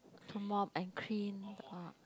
mop and clean ah